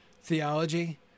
theology